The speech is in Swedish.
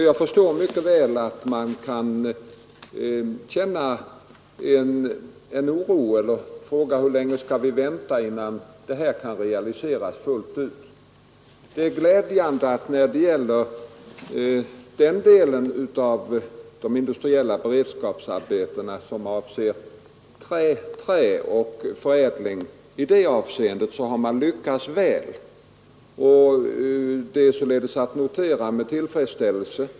Jag förstår mycket väl att man kan känna oro och att man frågar sig hur länge man skall vänta innan målsättningen kan realiseras fullt ut. Den del av de industriella beredskapsarbetena som avser förädling av trä har lyckats väl, vilket är att notera med tillfredsställelse.